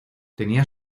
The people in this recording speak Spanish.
tenía